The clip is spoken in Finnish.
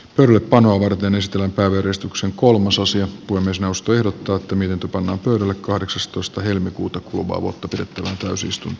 torpan irtaimiston päivöristuksen kolmososia kuin myös nostojen tuottaminen tapahtui kahdeksastoista helmikuuta kuvaava köpöttelee toisistaan